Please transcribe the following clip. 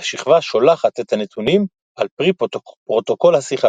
השכבה שולחת את הנתונים על פי פרוטוקול השיחה.